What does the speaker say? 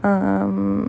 um